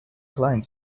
client